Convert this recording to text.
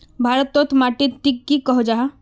भारत तोत माटित टिक की कोहो जाहा?